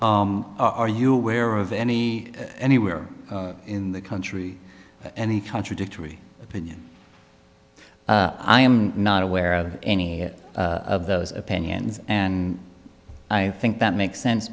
honor are you aware of any anywhere in the country any contradictory opinion i'm not aware of any of those opinions and i think that makes sense